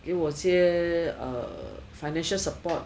给我一些 err financial support